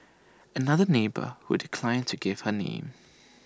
another neighbour who declined to give her name